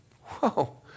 whoa